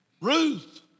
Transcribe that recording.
Ruth